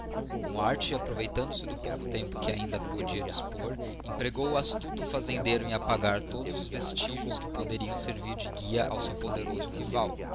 com arte aproveitando-se do pouco tempo de que ainda podia dispor empregou o astuto fazendeiro em apagar todos os vestígios que poderiam servir de guia ao seu poderoso rival